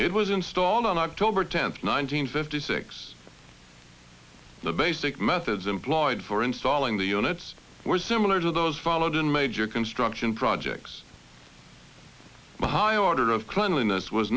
it was installed on october tenth nineteen fifty six the basic methods employed for installing the units were similar to those followed in major construction projects the high order of cleanliness was